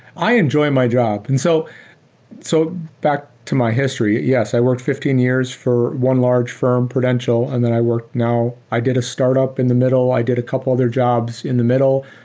i enjoy my job. and so so back to my history, yes, i worked fifteen years for one large firm, prudential, and that i work now i did a startup in the middle. i did a couple other jobs in the middle.